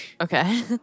Okay